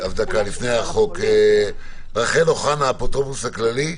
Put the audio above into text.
לפני החוק - רחל אוחנה, האפוטרופוס הכללי.